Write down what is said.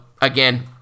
again